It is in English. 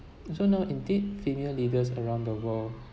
so now indeed female leaders around the world